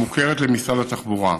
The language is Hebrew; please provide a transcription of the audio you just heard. המוכרת למשרד התחבורה.